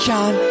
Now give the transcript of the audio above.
John